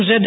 Z